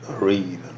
read